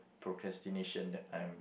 procrastination that I'm